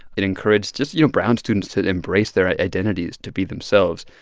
it encouraged just, you know, brown students to embrace their identities, to be themselves.